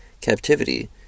captivity